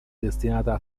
destinata